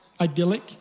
idyllic